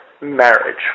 marriage